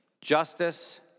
justice